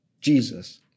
Jesus